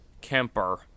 Kemper